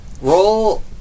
Roll